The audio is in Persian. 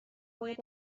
باید